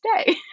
stay